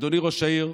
אדוני ראש העיר,